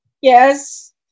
Yes